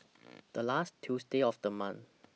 The last Tuesday of The month